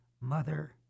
mother